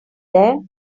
there